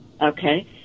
okay